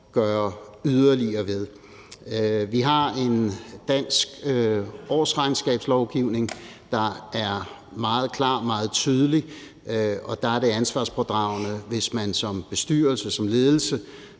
gøre yderligere ved. Vi har en dansk årsregnskabslovgivning, der er meget klar og meget tydelig, og der er det ansvarspådragende, hvis man som bestyrelse, som ledelse